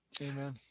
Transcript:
Amen